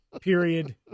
period